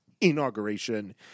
inauguration